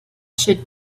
should